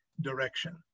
direction